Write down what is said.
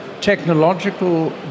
Technological